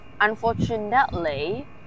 unfortunately